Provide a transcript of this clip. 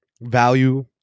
value